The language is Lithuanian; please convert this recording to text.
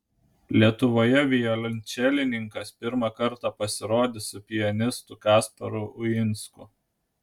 lietuvoje violončelininkas pirmą kartą pasirodys su pianistu kasparu uinsku